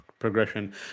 progression